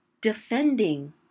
defending